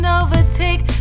overtake